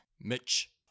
Mitch